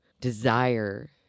desire